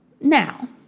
Now